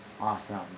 Awesome